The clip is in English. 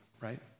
right